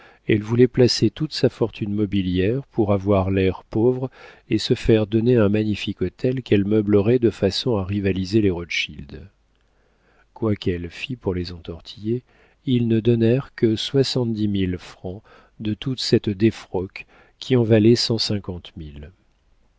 elle voulait placer toute sa fortune mobilière pour avoir l'air pauvre et se faire donner un magnifique hôtel qu'elle meublerait de façon à rivaliser avec rothschild quoi qu'elle fît pour les entortiller ils ne donnèrent que soixante-dix mille francs de toute cette défroque qui en valait